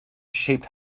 shaped